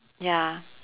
ya